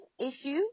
issue